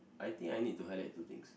I think I need too highlight two things